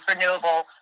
renewable